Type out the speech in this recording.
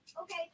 okay